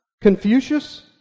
Confucius